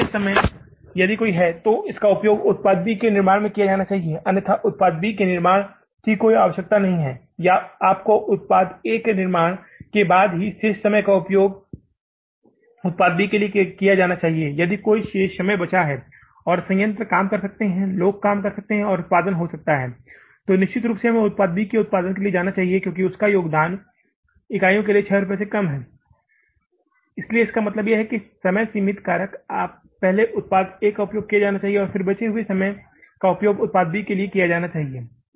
यदि शेष कोई समय है तो इसका उपयोग उत्पाद B के लिए किया जा सकता है अन्यथा उत्पाद B के निर्माण की कोई आवश्यकता नहीं है या आपको उत्पाद A के निर्माण के बाद ही शेष समय का उपयोग करना चाहिए यदि कुछ समय शेष है और संयंत्र काम कर सकते हैं लोग काम कर सकते हैं और उत्पादन हो सकता है तो निश्चित रूप से हमें उत्पाद बी के लिए जाना चाहिए क्योंकि उनका योगदान इकाई के लिए 6 रुपये से कम है इसलिए इसका मतलब है कि समय सीमित कारक पहले उत्पाद ए का उपयोग किया जाना चाहिए और फिर बचे हुए समय का उपयोग उत्पाद बी के लिए किया जाना चाहिए